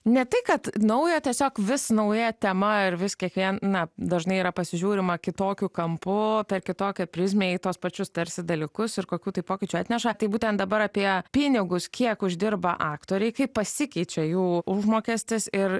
ne tai kad naujo tiesiog vis nauja tema ir vis kiekvie na dažnai yra pasižiūrima kitokiu kampu per kitokią prizmę į tuos pačius tarsi dalykus ir kokių tai pokyčių atneša tai būtent dabar apie pinigus kiek uždirba aktoriai kaip pasikeičia jų užmokestis ir